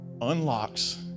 unlocks